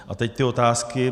A teď ty otázky: